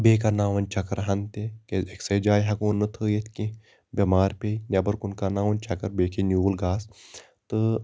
بییٚہِ کرناوَن چَکرٕ ہان تہِ کیازِ أکسہِ جایہِ ہیکہٕ ہوٚن نہِ تھٲوِتھ کینٛہہ بٮ۪مار پیٚیہِ نٮ۪بَر کُن کَرناو ہوٚن چَکر بییٚہِ کھیٚیہِ نیول گاسہٕ تہٕ